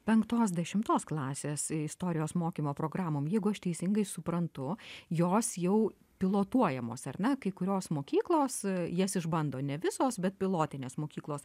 penktos dešimtos klasės istorijos mokymo programom jeigu aš teisingai suprantu jos jau pilotuojamos ar ne kai kurios mokyklos jas išbando ne visos bet pilotinės mokyklos